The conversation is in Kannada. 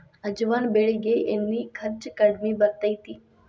ಅಜವಾನ ಬೆಳಿಗೆ ಎಣ್ಣಿ ಖರ್ಚು ಕಡ್ಮಿ ಬರ್ತೈತಿ